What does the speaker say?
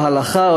את ההלכה,